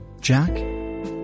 Jack